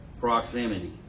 proximity